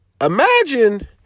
imagine